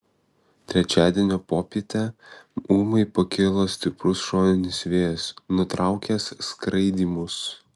trečiadienio popietę ūmai pakilo stiprus šoninis vėjas nutraukęs skraidymus